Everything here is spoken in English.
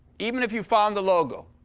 even if you found the logo,